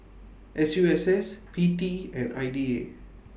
S U S S P T and I D A